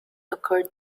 occurred